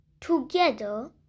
together